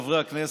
חברי הכנסת,